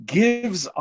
gives